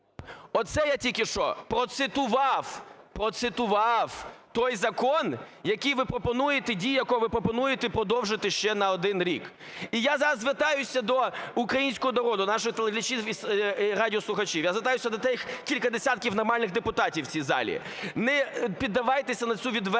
Оце я тільки що процитував – процитував! – той закон, який ви пропонуєте, дію якого ви пропонуєте продовжити ще на один рік. І я зараз звертаюся до українського народу, наших телеглядачів і радіослухачів, я звертаюся до тих кількох десятків нормальних депутатів у цій залі: не піддавайтеся на цю відверту